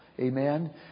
Amen